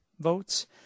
votes